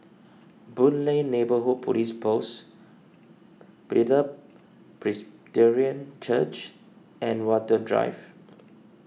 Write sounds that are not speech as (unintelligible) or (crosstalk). Boon Lay Neighbourhood Police Post Bethel (unintelligible) Church and Watten Drive